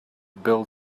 build